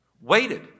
Waited